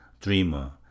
dreamer